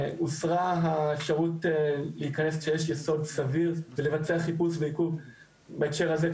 הוסרה האפשרות להיכנס כשיש יסוד סביר ולבצע חיפוש ועיכוב בהקשר הזה,